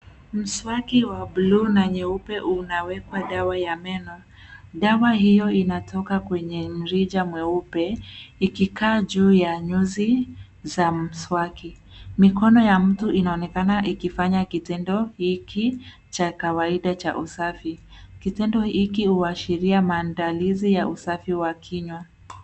Mswaki wa buluu na nyeupe unawekwa dawa ya meno, dawa hiyo inatoka kwenye mrija mweupe ikikaa juu ya nyuzi za mswaki. Mikono ya mtu inaonekana ikifanya kitendo hiki cha kawaida cha usafi, kitendo hiki huashiria maandalizi ya usafi wa kinywa.